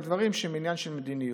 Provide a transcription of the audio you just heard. בדברים שהם עניין של מדיניות,